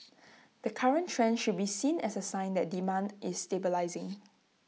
the current trend should be seen as A sign that demand is stabilising